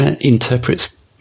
interprets